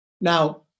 Now